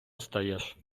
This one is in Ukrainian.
стаєш